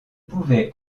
pouvait